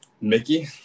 Mickey